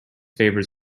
favours